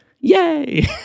yay